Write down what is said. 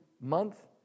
month